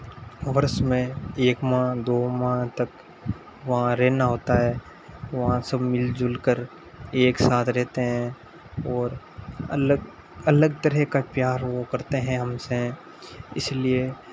वर्ष में एक माह दो माह तक वहाँ रहना होता है वहाँ सब मिल जुलकर एक साथ रहते हैं और अलग अलग तरह का प्यार वो करते हैं हमसे इसलिए